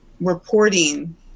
reporting